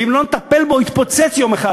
ואם לא נטפל בו הוא יתפוצץ יום אחד.